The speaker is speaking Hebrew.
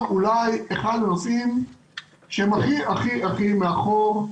אולי אחד הנושאים שהם הכי הכי מאחור,